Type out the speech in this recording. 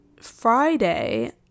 Friday